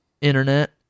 internet